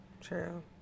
true